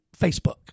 Facebook